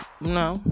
No